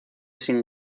sin